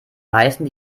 meisten